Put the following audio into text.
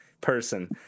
person